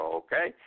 okay